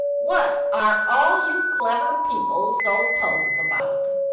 what are all you clever people so puzzled about?